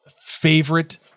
favorite